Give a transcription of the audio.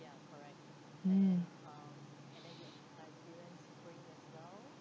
hmm